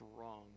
wrong